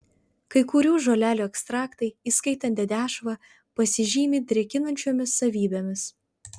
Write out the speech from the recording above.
kai kurių žolelių ekstraktai įskaitant dedešvą pasižymi drėkinančiomis savybėmis